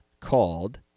called